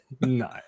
No